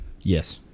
yes